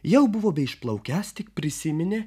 jau buvo bei išplaukiąs tik prisiminė